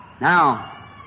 Now